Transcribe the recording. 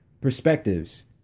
perspectives